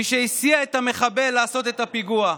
מי שהסיע את המחבל לעשות את הפיגוע,